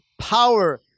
power